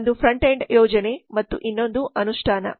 ಒಂದು front end ಯೋಜನೆ ಮತ್ತು ಇನ್ನೊಂದು ಅನುಷ್ಠಾನ